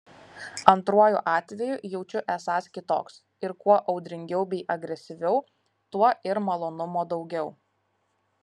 antruoju atveju jaučiu esąs kitoks ir kuo audringiau bei agresyviau tuo ir malonumo daugiau